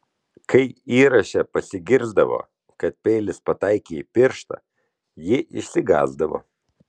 kai įraše pasigirsdavo kad peilis pataikė į pirštą ji išsigąsdavo